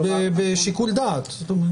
זה בשיקול דעת.